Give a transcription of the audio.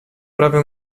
prawy